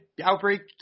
outbreak